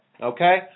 Okay